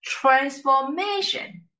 transformation